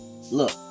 look